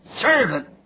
servant